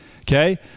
Okay